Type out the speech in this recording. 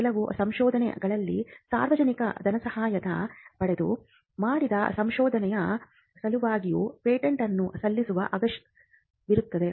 ಕೆಲವು ಸಂದರ್ಭಗಳಲ್ಲಿ ಸಾರ್ವಜನಿಕ ಧನಸಹಾಯ ಪಡೆದು ಮಾಡಿದ ಸಂಶೋಧನೆಯ ಸಲುವಾಗಿಯೂ ಪೇಟೆಂಟ್ ಅನ್ನು ಸಲ್ಲಿಸುವ ಅಗತ್ಯವಿರುತ್ತದೆ